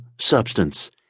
substance